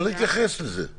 או במגזר הערבי.